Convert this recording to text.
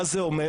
מה זה אומר